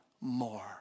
More